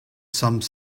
some